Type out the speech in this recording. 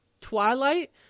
Twilight